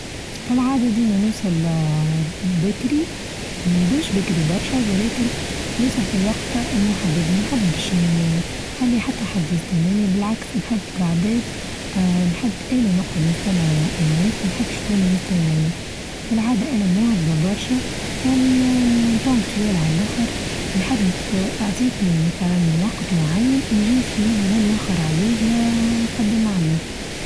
كالعادة ديما نوصل بكري بيش بكري برشا ولكن نوصل في الوقت المحدد ما نحبش نخلي حتى حد يستناني بالعكس نحب العباد آآ نحب أنا نقعد نستمع الناس ما نحبش كون يستناني، في العادة أنا موهبة برشا يعني نبوت ليال عالاخر، نحب اه عطيتني مثلا وقت معين أنيچى فيه ولا نوخر عليه لا نقدم عليه.